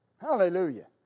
Hallelujah